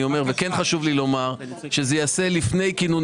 כן חשוב לי לומר שזה ייעשה לפני כינון